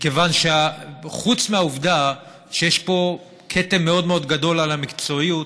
מכיוון שחוץ מהעובדה שיש פה כתם מאוד מאוד גדול על המקצועיות,